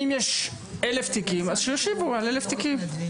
אם יש 1,000 תיקים, שיושיבו אנשים על 1,000 תיקים.